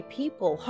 people